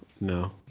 No